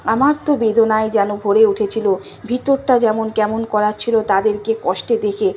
আমার তো বেদনায় যেন ভরে উঠেছিল ভিতরটা যেমন কেমন করাচ্ছিল তাদেরকে কষ্টে দেখে